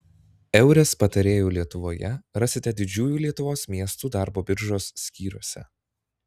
eures patarėjų lietuvoje rasite didžiųjų lietuvos miestų darbo biržos skyriuose